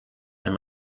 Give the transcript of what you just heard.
and